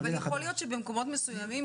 אבל יכול להיות שבמקומות מסוימים,